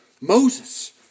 Moses